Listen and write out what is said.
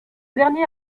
dernier